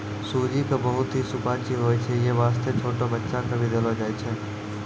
सूजी बहुत हीं सुपाच्य होय छै यै वास्तॅ छोटो बच्चा क भी देलो जाय छै